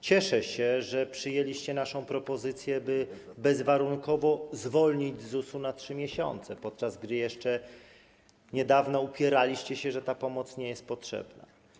Cieszę się, że przyjęliście naszą propozycję, by bezwarunkowo zwolnić z ZUS-u na 3 miesiące, podczas gdy jeszcze niedawno upieraliście się, że ta pomoc nie jest potrzebna.